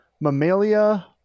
Mammalia